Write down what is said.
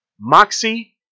Moxie